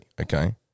Okay